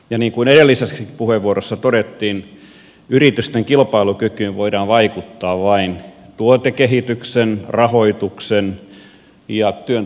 ja niin kuin edellisessäkin puheenvuorossa todettiin yritysten kilpailukykyyn voidaan vaikuttaa vain tuotekehityksen rahoituksen ja työn tuottavuuden kautta